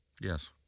Yes